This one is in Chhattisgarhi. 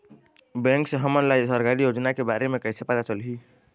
बैंक से हमन ला सरकारी योजना के बारे मे कैसे पता चलही?